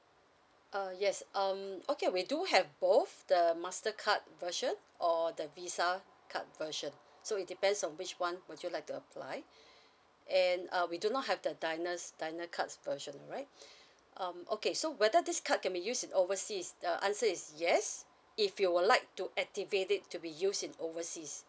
uh yes um okay we do have both the master card version or the visa card version so it depends on which [one] would you like to apply and uh we do not have the diners diner cards version right um okay so whether this card can be used overseas the answer is yes if you would like to activate it to be used in overseas